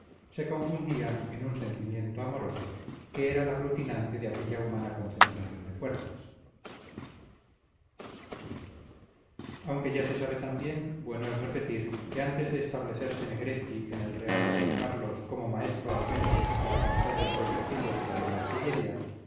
se confundían en un sentimiento amoroso que era el aglutinante de aquella humana concentración de fuerzas aunque ya se sabe también bueno es repetir que antes de establecerse negretti en el real de d carlos como maestro armero y constructor de proyectiles para la artillería